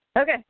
Okay